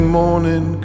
morning